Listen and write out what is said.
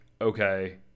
okay